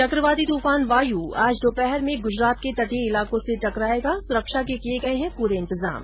चकवाती तूफान वायु आज दोपहर में गुजरात के तटीय इलाकों से टकरायेगा सुरक्षा के किये गये है पूरे इंतजाम